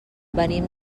venim